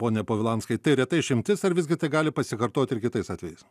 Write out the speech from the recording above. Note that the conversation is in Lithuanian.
pone povilanskai tai reta išimtis ar visgi tai gali pasikartoti ir kitais atvejais